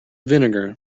vinegar